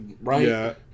right